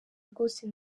rwose